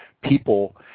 people